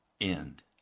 end